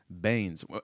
Baines